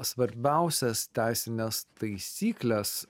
svarbiausias teisines taisykles